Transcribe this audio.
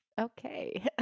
Okay